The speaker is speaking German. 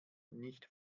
nicht